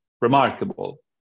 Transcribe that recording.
remarkable